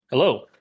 Hello